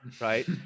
Right